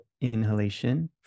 inhalation